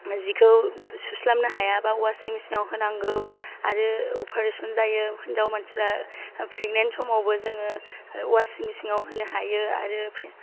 जिखौ सुस्लाबनो हायाबा अवासिं मेसिन आव होनांगौ आरो अफारेसन जायो हिन्जाव मानसिफ्रा प्रेगनेन्ट समावबो जोङो अवासिं मेसिन आव होनो हायो आरो पे